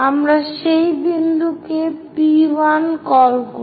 আমরা সেই বিন্দুকে P1 কল করি